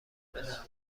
بدم